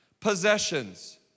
Possessions